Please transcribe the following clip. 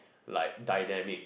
like dynamic